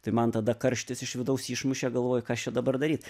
tai man tada karštis iš vidaus išmušė galvoju kas čia dabar daryt